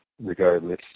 regardless